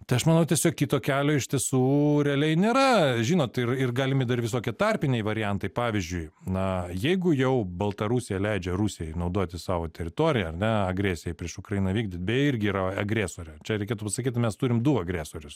tai aš manau tiesiog kito kelio iš tiesų realiai nėra žinot ir ir galimi dar visokie tarpiniai variantai pavyzdžiui na jeigu jau baltarusija leidžia rusijai naudoti savo teritoriją ar ne agresijai prieš ukrainą vykdyt beje irgi yra agresorė čia reikėtų pasakyti mes turim du agresorius